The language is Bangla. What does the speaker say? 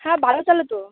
হ্যাঁ ভালো চলে তো